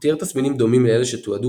הוא תיאר תסמינים דומים לאלה שתועדו